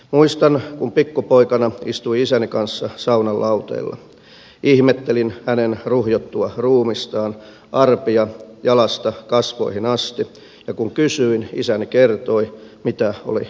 muistan kun pikkupoikana istuin isäni kanssa saunan lauteilla ihmettelin hänen ruhjottua ruumistaan arpia jalasta kasvoihin asti ja kun kysyin isäni kertoi mitä oli tapahtunut